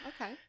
Okay